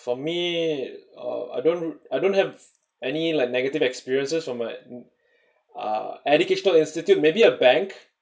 for me it uh I don't I don't have any like negative experiences from my uh educational institute maybe a bank